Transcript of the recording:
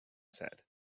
said